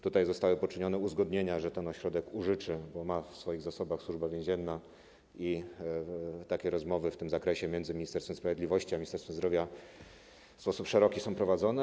Tutaj zostały poczynione uzgodnienia, że ten ośrodek użyczy, bo ma go w swoich zasobach, Służba Więzienna, i takie rozmowy w tym zakresie między Ministerstwem Sprawiedliwości a Ministerstwem Zdrowia w sposób szeroki są prowadzone.